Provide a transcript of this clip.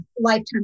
lifetime